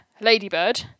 ladybird